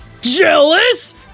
Jealous